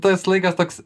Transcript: tas laikas toks